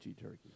turkey